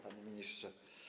Panie Ministrze!